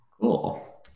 Cool